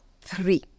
three